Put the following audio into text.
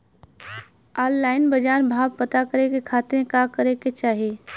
Online बाजार भाव पता करे के खाती का करे के चाही?